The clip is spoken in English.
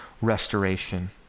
restoration